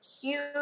huge